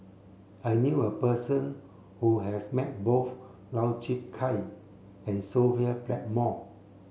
I knew a person who has met both Lau Chiap Khai and Sophia Blackmore